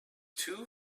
too